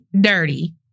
dirty